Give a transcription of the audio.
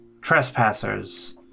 trespassers